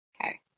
Okay